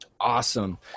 Awesome